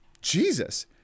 Jesus